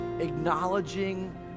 acknowledging